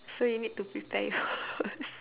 so you need to prepare yours